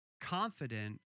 Confident